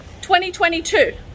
2022